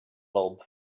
bulb